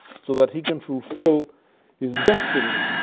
so that he can fulfill his destiny,